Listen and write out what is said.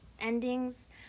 endings